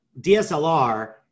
DSLR